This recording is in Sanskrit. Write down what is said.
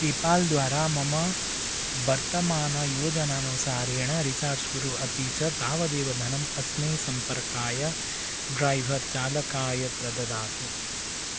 पेपाल् द्वारा मम वर्तमानयोजनानुसारेण रीचार्ज् कुरु अपि च तावदेव धनम् अस्मै सम्पर्काय ड्रैवर् चालकाय प्रददातु